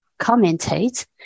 commentate